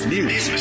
News